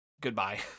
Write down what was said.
goodbye